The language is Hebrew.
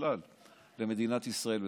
בוודאי לו, למשפחתו ובכלל למדינת ישראל בוודאי.